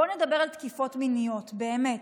בואו נדבר על תקיפות מיניות, באמת.